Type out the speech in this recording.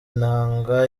inanga